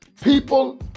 people